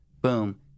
boom